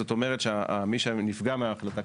זאת אומרת שמי שנפגע מההחלטה,